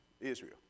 Israel